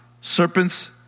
serpents